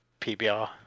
PBR